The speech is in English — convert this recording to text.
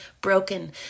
broken